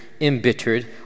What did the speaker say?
embittered